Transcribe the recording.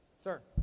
sir.